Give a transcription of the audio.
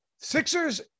Sixers